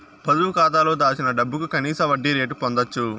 పొదుపు కాతాలో దాచిన డబ్బుకు కనీస వడ్డీ రేటు పొందచ్చు